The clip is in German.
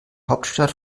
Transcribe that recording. hauptstadt